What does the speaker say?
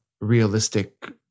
realistic